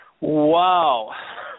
Wow